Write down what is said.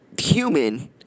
human